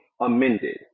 amended